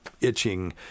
itching